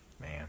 Man